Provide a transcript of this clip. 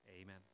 Amen